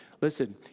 listen